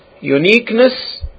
uniqueness